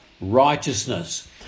righteousness